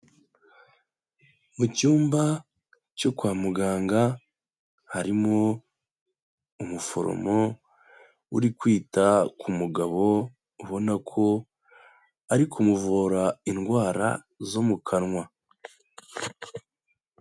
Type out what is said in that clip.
Mu cyumba cyo kwa muganga, harimo umuforomo uri kwita ku mugabo, ubona ko ari kumuvura indwara zo mu kanwa.